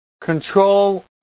control